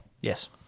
Yes